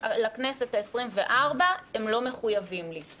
לכנסת העשרים-וארבע הם לא מחויבים לי.